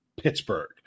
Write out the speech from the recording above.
Pittsburgh